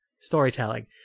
storytelling